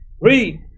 Read